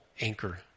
anchor